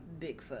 Bigfoot